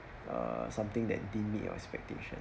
err something that didn't need your expectation